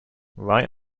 right